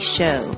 Show